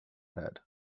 head